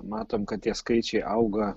matom kad tie skaičiai auga